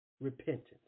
Repentance